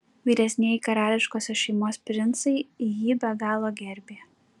vyresnieji karališkosios šeimos princai jį be galo gerbė